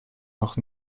noch